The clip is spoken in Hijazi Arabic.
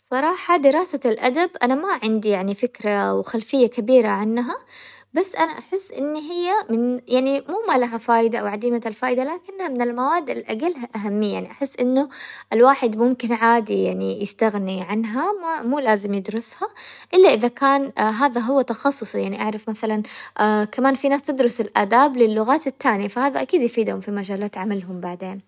صراحة دراسة الادب انا ما عندي يعني فكرة وخلفية كبيرة عنها، بس انا احس ان هي من يعني مو ما لها فايدة او عديمة الفايدة، لكنها من المواد اللي اقلها اهمية، احس انه الواحد ممكن عادي يعني يستغني عنها ما-مو لازم يدرسها الا اذا كان هذا هو تخصصه، يعني اعرف مثلا كمان في ناس تدرس الاداب للغات التانية، فهذا اكيد يفيدهم في مجالات عملهم بعدين.